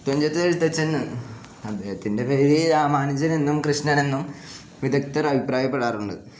തുഞ്ചത്ത് എഴുത്തച്ഛൻ എന്ന അദേഹത്തിൻ്റെ പേര് രാമാനുജൻ എന്നും കൃഷ്ണനെന്നും വിദഗ്തർ അഭിപ്രായപ്പെടാറുണ്ട്